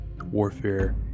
warfare